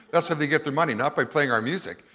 that's how they get their money. not by playing our music,